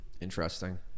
Interesting